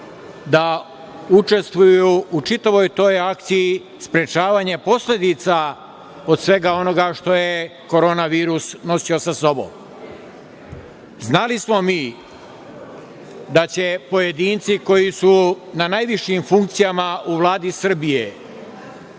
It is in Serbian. da učestvuju u čitavoj toj akciji sprečavanja posledica od svega onoga što je Korona virus nosio sa sobom. Znali smo mi da će pojedinci koji su na najvišim funkcijama u Vladi Srbije